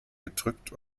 gedrückt